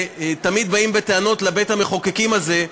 תמיד באים בטענות לבית-המחוקקים הזה,